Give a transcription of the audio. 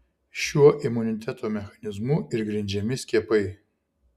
šiuo imuniteto mechanizmu ir grindžiami skiepai